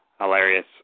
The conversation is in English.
hilarious